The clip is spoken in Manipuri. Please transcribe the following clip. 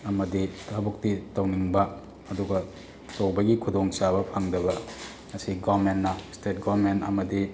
ꯑꯃꯗꯤ ꯊꯕꯛꯇꯤ ꯇꯧꯅꯤꯡꯕ ꯑꯗꯨꯒ ꯇꯧꯕꯒꯤ ꯈꯨꯗꯣꯡ ꯆꯥꯕꯗꯤ ꯐꯪꯗꯕ ꯑꯁꯤ ꯒꯣꯔꯃꯦꯟꯅ ꯏꯁꯇꯦꯠ ꯒꯣꯔꯃꯦꯟ ꯑꯃꯗꯤ